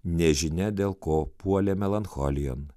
nežinia dėl ko puolė melancholijon